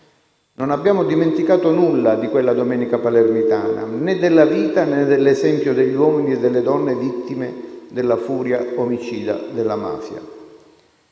Non abbiamo dimenticato nulla di quella domenica palermitana, né della vita né nell'esempio degli uomini e delle donne vittime della furia omicida della mafia.